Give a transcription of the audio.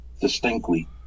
distinctly